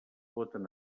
voten